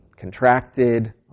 Contracted